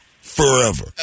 forever